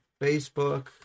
Facebook